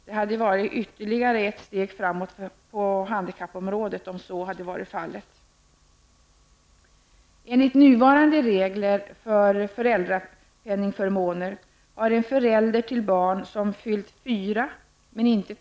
Den hade varit ytterligare ett steg framåt för handikappområdet om så hade varit fallet.